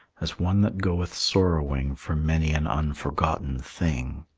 as one that goeth sorrowing for many an unforgotten thing.